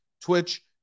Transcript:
Twitch